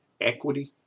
equity